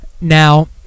Now